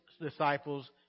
disciples